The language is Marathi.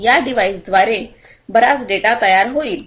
या डिव्हाइसद्वारे बराच डेटा तयार होईल